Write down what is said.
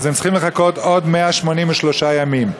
הם צריכים לחכות עוד 183 ימים.